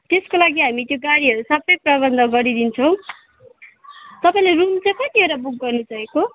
त्यसको लागि हामी त्यो गाडीहरू सबै प्रबन्ध गरिदिन्छौँ तपाईँले रुम चाहिँ कतिवटा बुक गर्नु चाहेको